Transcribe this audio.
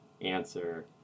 answer